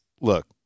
look